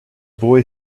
boy